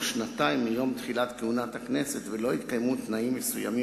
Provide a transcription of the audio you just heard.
שנתיים מיום תחילת כהונת הכנסת ולא התקיימו תנאים מסוימים,